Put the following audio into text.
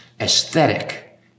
aesthetic